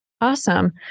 Awesome